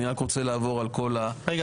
אני רק רוצה לעבור על כל --- רגע,